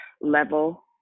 level